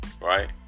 right